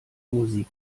musik